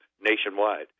nationwide